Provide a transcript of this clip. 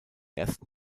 ersten